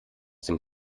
dem